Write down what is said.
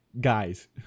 Guys